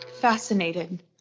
fascinated